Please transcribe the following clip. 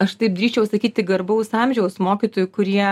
aš taip drįsčiau sakyti garbaus amžiaus mokytojų kurie